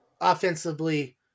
offensively